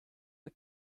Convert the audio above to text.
the